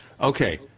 Okay